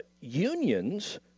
unions